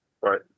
right